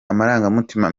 amarangamutima